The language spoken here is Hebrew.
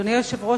אדוני היושב-ראש,